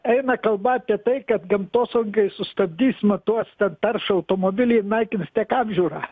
eina kalba apie tai kad gamtosaugai sustabdys matuos tad taršų automobilį naikins tek apžiūrą